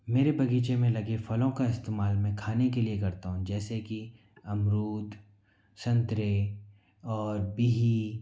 मेरे बगीचे में लगे फलों का इस्तेमाल मैं खाने के लिए करता हूँ जैसे कि अमरुद संतरे और बिही